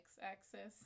X-axis